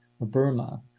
Burma